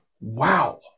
Wow